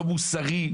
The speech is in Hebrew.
לא מוסרי,